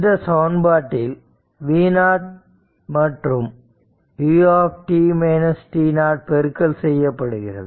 இந்த சமன்பாட்டில் v0 மற்றும் u பெருக்கல் செய்யப்படுகிறது